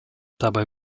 dabei